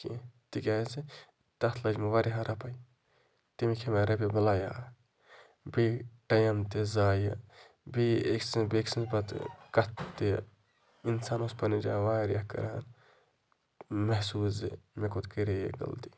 کیٚنٛہہ تِکیٛازِ تَتھ لٔج مےٚ واریاہ رۄپَے تٔمی کھے مےٚ رۄپیہِ بَلایہ اَکھ بیٚیہِ ٹایِم تہِ ضایعہِ بیٚیہِ أکۍ سٕنٛز بیٚکۍ سٕنٛز پَتہٕ کَتھٕ تہِ اِنسان اوس پنٛنہِ جایہِ واریاہ کَران مےٚ سوٗنٛچ زِ مےٚ کوٚت کَرے یہِ غلطی